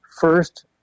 first